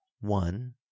one